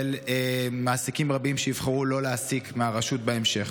מעסיקים רבים שיבחרו לא להעסיק מהרשות בהמשך.